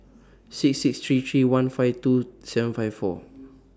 six six three three one five two seven five four